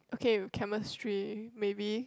okay chemistry maybe